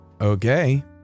Okay